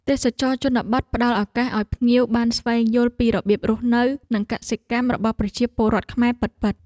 ទេសចរណ៍ជនបទផ្តល់ឱកាសឱ្យភ្ញៀវបានស្វែងយល់ពីរបៀបរស់នៅ និងកសិកម្មរបស់ប្រជាពលរដ្ឋខ្មែរពិតៗ។